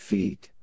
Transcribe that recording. Feet